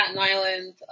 Island